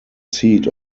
seat